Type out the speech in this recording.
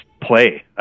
play